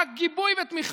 רק גיבוי ותמיכה.